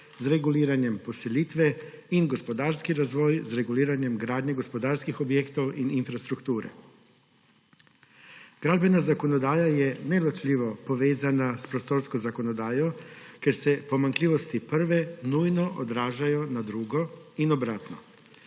z reguliranjem poselitve in gospodarski razvoj z reguliranjem gradnje gospodarskih objektov in infrastrukture. Gradbena zakonodaja je neločljivo povezana s prostorsko zakonodajo, ker se pomanjkljivosti prve nujno odražajo v drugi in obratno.